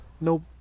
Nope